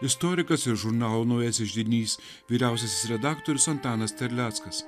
istorikas ir žurnalo naujasis židinys vyriausiasis redaktorius antanas terleckas